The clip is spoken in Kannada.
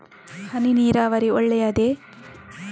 ಹನಿ ನೀರಾವರಿ ಒಳ್ಳೆಯದೇ?